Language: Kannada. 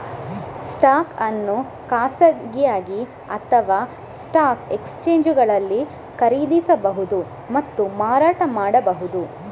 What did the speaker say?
ಸ್ಟಾಕ್ ಅನ್ನು ಖಾಸಗಿಯಾಗಿ ಅಥವಾಸ್ಟಾಕ್ ಎಕ್ಸ್ಚೇಂಜುಗಳಲ್ಲಿ ಖರೀದಿಸಬಹುದು ಮತ್ತು ಮಾರಾಟ ಮಾಡಬಹುದು